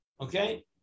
Okay